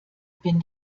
wenn